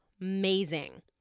amazing